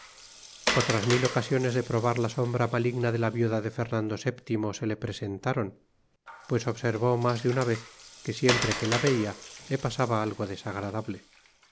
otras mil ocasiones de probar la sombra maligna de la viuda de fernando vii se le presentaron pues observó más de una vez que siempre que la veía le pasaba algo desagradable